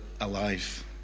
alive